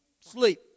sleep